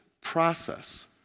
process